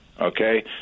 Okay